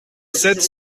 sept